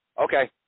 Okay